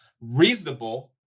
reasonable